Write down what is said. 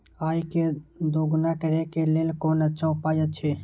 आय के दोगुणा करे के लेल कोन अच्छा उपाय अछि?